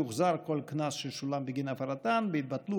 יוחזר כל קנס ששולם בגין הפרתן ויתבטלו